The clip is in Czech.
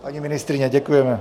Paní ministryně, děkujeme.